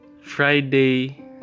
Friday